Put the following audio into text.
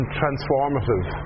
transformative